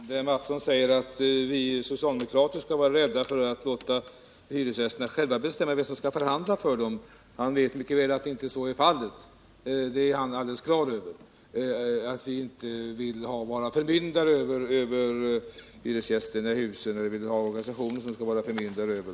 Herr talman! Kjell Mattisson sade att vi socialdemokrater är rädda för att låta hyresgästerna själva bestämma vilka som skall förhandla för dem, men han vet mycket väl att vi inte vill vara förmyndare över hyresgästerna eller vill att några organisationer skall vara det.